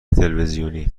تلویزیونی